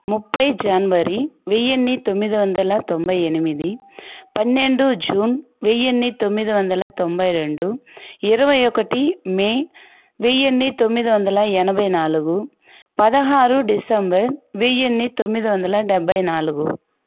ముప్పై జనవరి వెయ్యి తొమ్మిది వందల తొంభై ఎనిమిది పన్నెండు జూన్ వెయ్యి తొమ్మిది వందల తొంభై రెండు ఇరవై ఒకటి మే వెయ్యిన్ని తొమ్మిది వందల ఎనభై నాలుగు పదహారు డిసెంబర్ వెయ్యిన్ని తొమ్మిది వందల డెబ్బై నాలుగు